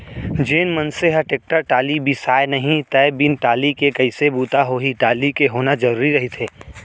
जेन मनसे ह टेक्टर टाली बिसाय नहि त बिन टाली के कइसे बूता होही टाली के होना जरुरी रहिथे